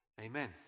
Amen